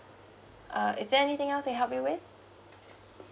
uh is there anything else I can help you with